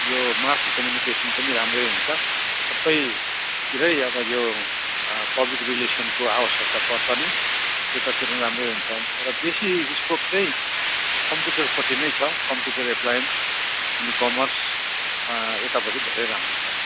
यो mass communication पनि राम्रै हुन्छ सबैतिरै अब यो पब्लिक रिलेसनको आवश्कता पर्छ नै त्यतातिर पनि राम्रै हुन्छ र बेसी स्कोप चाहिँ कम्प्युटरपट्टि नै छ कम्प्युटर एप्लाइन्स अनि कमर्स यतापट्टि धेरै राम्रो छ